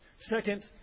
Second